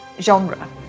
genre